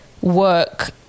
work